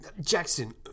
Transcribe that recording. Jackson